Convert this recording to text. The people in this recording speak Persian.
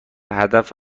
هدف